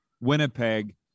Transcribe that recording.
Winnipeg